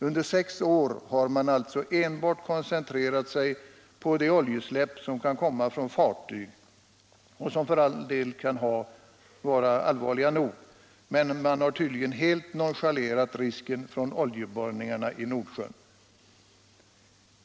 Under sex år har man alltså enbart koncentrerat sig på de oljeutsläpp som kan komma från fartyg — de kan för all del vara allvarliga nog - och man har tydligen helt nonchalerat risken i samband med oljeborrningar i Nordsjön.